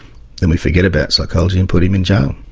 then we forget about psychology and put him in jail.